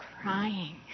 crying